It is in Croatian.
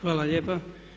Hvala lijepa.